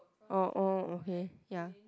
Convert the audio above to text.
oh oh okay ya